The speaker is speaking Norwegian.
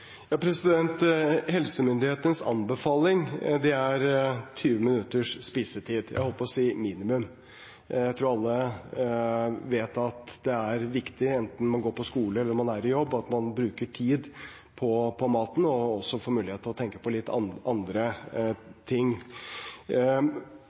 Helsemyndighetenes anbefaling er 20 minutters spisetid, jeg holdt på å si minimum. Jeg tror alle vet at det er viktig, enten man går på skole eller man er i jobb, at man bruker tid på maten og også får mulighet til å tenke på litt andre